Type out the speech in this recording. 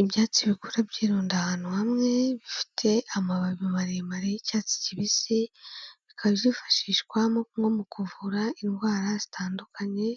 Ibyatsi bikura byirunda ahantu hamwe bifite amababi maremare y'icyatsi kibisi, bikaba byifashishwa nko mu kuvura indwara zitandukanye,